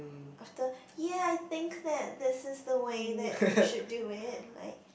after ya I think that this is the way that you should do it like